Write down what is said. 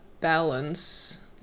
balance